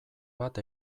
bat